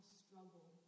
struggle